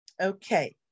Okay